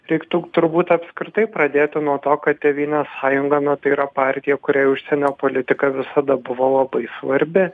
reiktų turbūt apskritai pradėti nuo to kad tėvynės sąjunga na tai yra partija kuriai užsienio politika visada buvo labai svarbi